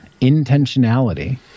Intentionality